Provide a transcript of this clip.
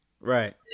Right